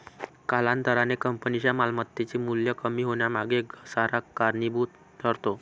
कालांतराने कंपनीच्या मालमत्तेचे मूल्य कमी होण्यामागे घसारा कारणीभूत ठरतो